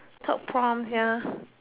third prompt ya